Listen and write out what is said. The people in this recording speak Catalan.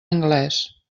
anglès